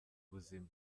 buzima